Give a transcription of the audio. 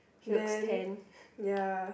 then ya